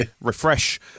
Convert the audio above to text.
refresh